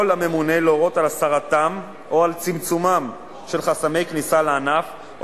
יכול הממונה להורות על הסרתם או על צמצומם של חסמי כניסה לענף או